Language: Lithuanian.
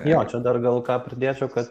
jo čia dar gal ką pridėčiau kad